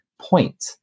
point